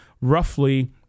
roughly